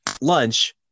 lunch